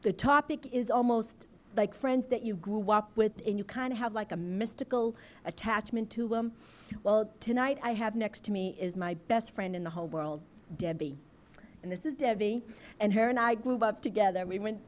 the topic is almost like friends that you grew up with and you kind of have like a mystical attachment to him well tonight i have next to me is my best friend in the whole world debbie and this is debbie and her and i grew up together we went